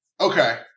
Okay